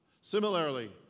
Similarly